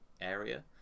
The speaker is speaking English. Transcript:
area